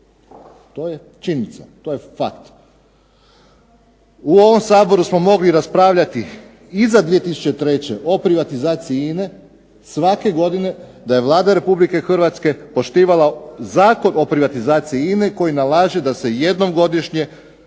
To je činjenica, to je fakt. U ovom Saboru smo mogli raspravljati iza 2003. o privatizaciji INA-e svake godine da je Vlada Republike Hrvatske poštivala Zakon o privatizaciji INA-e koji nalaže da jednom godišnje